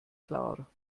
klar